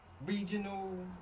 regional